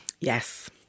yes